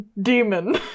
demon